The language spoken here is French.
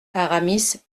aramis